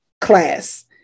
class